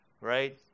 right